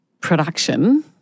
production